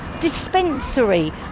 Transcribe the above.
Dispensary